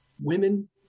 women